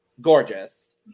Gorgeous